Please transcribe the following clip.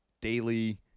daily